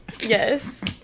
Yes